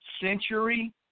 Century